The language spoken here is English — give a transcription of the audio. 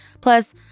Plus